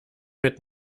mit